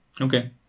Okay